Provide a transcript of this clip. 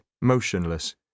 motionless